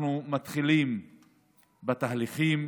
אנחנו מתחילים בתהליכים.